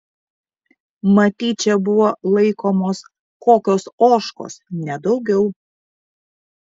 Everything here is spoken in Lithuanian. matyt čia buvo laikomos kokios ožkos nedaugiau